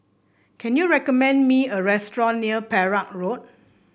can you recommend me a restaurant near Perak Road